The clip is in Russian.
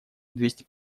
двести